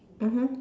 mmhmm